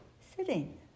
sitting